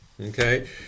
Okay